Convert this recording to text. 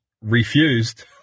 refused